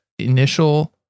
Initial